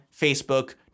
Facebook